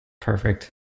Perfect